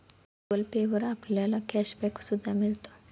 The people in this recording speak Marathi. गुगल पे वर आपल्याला कॅश बॅक सुद्धा मिळतो